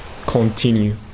continue